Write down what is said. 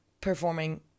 performing